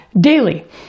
daily